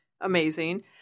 amazing